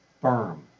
firm